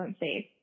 unsafe